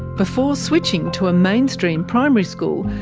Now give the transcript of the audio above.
before switching to a mainstream primary school,